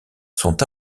sont